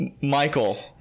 Michael